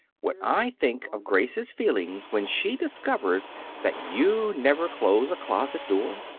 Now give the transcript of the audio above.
when i think of grace's feelings when she discovers that you never close a closet door!